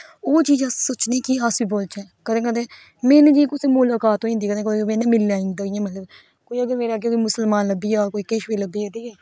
ओह् चीज अस सोचने कि अस बी बोलचे कदें कदें मेरी कुसै कन्नै मुलाकात होई जंदी कदें कुतै मिलने दी इयां मतलब कोई अगर मेरे अग्गे मुसलमान लब्भी जा कुदे किश बी लब्भी जा